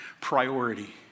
priority